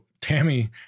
Tammy